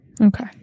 Okay